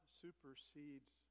supersedes